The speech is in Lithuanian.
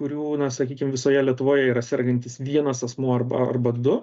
kurių na sakykim visoje lietuvoje yra sergantis vienas asmuo arba arba du